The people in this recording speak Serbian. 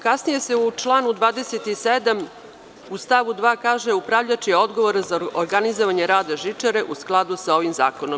Kasnije se u članu 27. u stavu 2. kaže – Upravljač je odgovoran za organizovanje rada žičare u skladu sa ovim zakonom.